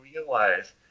realize